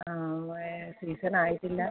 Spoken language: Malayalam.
ആ സീസണായിട്ടില്ല